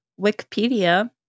Wikipedia